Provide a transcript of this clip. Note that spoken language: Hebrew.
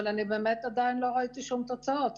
אבל אני באמת עדיין לא ראיתי שום תוצאות.